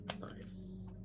Nice